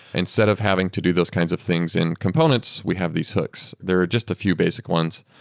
instead of having to do those kinds of things in components, we have these hooks. there are just a few basic ones.